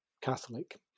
Catholic